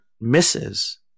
misses